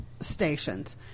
stations